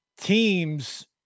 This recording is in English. Teams